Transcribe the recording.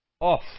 off